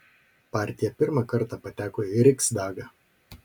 partija pirmą kartą pateko į riksdagą